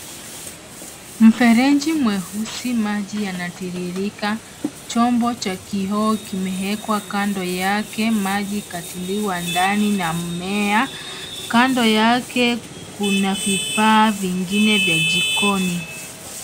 Mfereji mweusi maji yanatiririka, chombo cha kioo kimewekwa kando yake, maji katiliwa ndani na mmea. Kando yake kuna vifaa vingine vya jikoni.